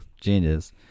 Genius